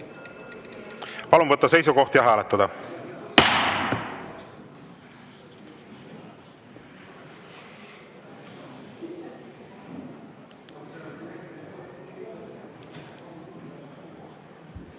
Palun võtta seisukoht ja hääletada!